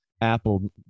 Apple